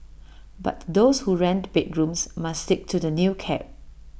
but those who rent bedrooms must stick to the new cap